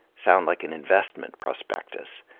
sound like an investment prospectus,